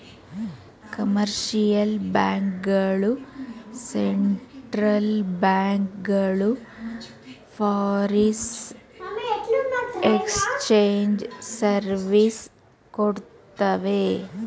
commercial bank ಗಳು central bank ಗಳು foreign exchange service ಕೊಡ್ತವೆ